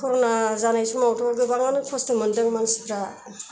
कर'ना जानाय समावथ' गोबांआनो खस्थ' मोनदों मानसिफ्रा